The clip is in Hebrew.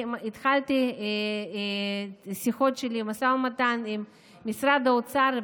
התחלתי את השיחות שלי במשא ומתן עם משרד האוצר,